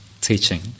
teaching